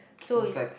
so is